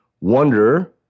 wonder